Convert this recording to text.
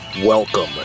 Welcome